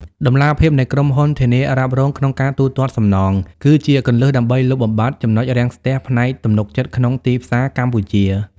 តម្លាភាពនៃក្រុមហ៊ុនធានារ៉ាប់រងក្នុងការទូទាត់សំណង គឺជាគន្លឹះដើម្បីលុបបំបាត់ចំណុចរាំងស្ទះផ្នែកទំនុកចិត្តក្នុងទីផ្សារកម្ពុជា។